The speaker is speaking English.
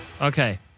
Okay